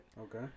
Okay